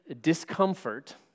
discomfort